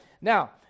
Now